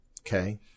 Okay